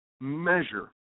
measure